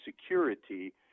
security